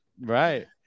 right